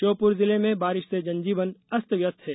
श्योपुर जिले में बारिश से जनजीवन अस्तव्यस्त है